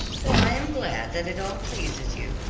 well, i am glad that it all pleases you,